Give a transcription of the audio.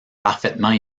parfaitement